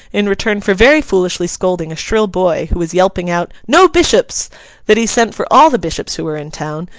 in return for very foolishly scolding a shrill boy who was yelping out no bishops that he sent for all the bishops who were in town,